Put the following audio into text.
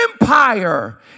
empire